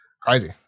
Crazy